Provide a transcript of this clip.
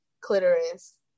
clitoris